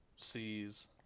sees